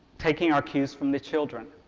taking our cues from the children.